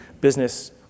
business